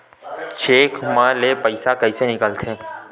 Cheque म ले पईसा कइसे निकलथे?